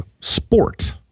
sport